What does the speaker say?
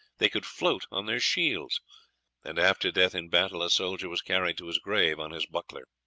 they could float on their shields and after death in battle a soldier was carried to his grave on his buckler.